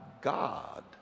God